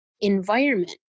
environment